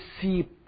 see